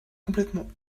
complètement